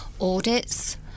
audits